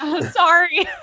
Sorry